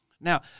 Now